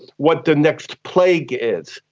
what the next plague is,